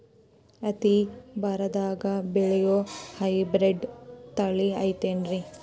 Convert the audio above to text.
ಹತ್ತಿ ಬರದಾಗ ಬೆಳೆಯೋ ಹೈಬ್ರಿಡ್ ತಳಿ ಐತಿ ಏನ್ರಿ?